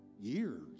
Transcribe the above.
years